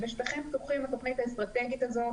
בשטחים פתוחים התוכנית האסטרטגית הזאת